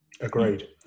Agreed